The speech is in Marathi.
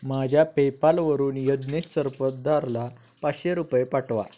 माझ्या पेपालवरून यज्ञेश सरपोतदारला पाश्शे रुपये पाठवा